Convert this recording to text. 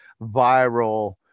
viral